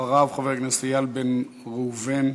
אחריו, חבר הכנסת איל בן ראובן,